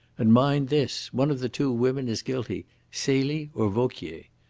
and, mind this, one of the two women is guilty celie or vauquier.